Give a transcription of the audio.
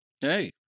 Hey